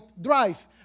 drive